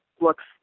looks